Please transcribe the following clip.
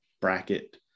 bracket